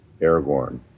Aragorn